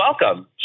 welcome